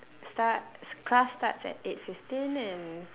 start class starts at eight fifteen and